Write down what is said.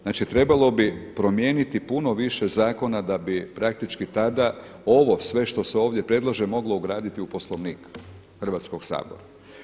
Znači trebalo bi promijeniti puno više zakona da bi praktički tada ovo sve što se ovdje predlaže moglo ugraditi u Poslovnik Hrvatskog sabora.